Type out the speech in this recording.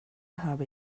habe